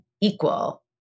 equal